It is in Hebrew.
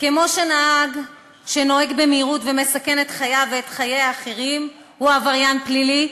כמו שנהג שנוהג במהירות ומסכן את חייו ואת האחרים הוא עבריין פלילי,